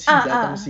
ah ah